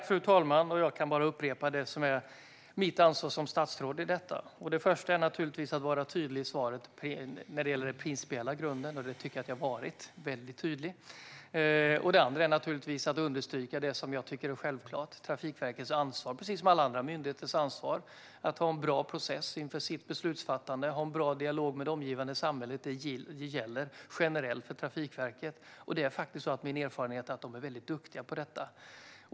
Fru talman! Jag kan bara upprepa vad som är mitt ansvar som statsråd i detta. Det första är att vara tydlig i svaret när det gäller den principiella grunden, och det tycker jag att jag har varit - väldigt tydlig. Det andra är naturligtvis att understryka det som jag tycker är självklart, nämligen Trafikverkets ansvar, precis som alla andra myndigheters ansvar, att ha en bra process inför sitt beslutsfattande och en bra dialog med det omgivandet samhället. Det gäller generellt för Trafikverket, och det är min erfarenhet att de är väldigt duktiga på detta.